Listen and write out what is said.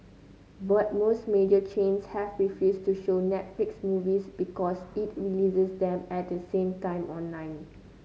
but most major chains have refused to show Netflix movies because it releases them at the same time online